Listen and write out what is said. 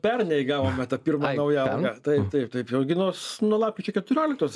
pernai gavome tą pirmą naują algą taip taip taip jau gi nuo nuo lapkričio keturioliktos